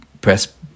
press